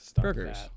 burgers